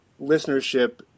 listenership